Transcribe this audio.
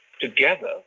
together